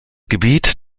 gebiet